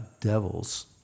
devils